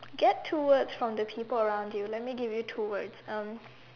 get two words from the people around you let me give you two words um